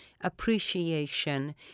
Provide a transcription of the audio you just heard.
appreciation